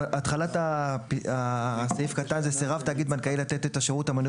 התחלת הסעיף קטן זה "סירב תאגיד בנקאי לתת את השירות המנוי